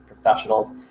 professionals